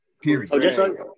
period